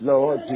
Lord